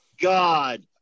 god